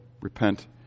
repent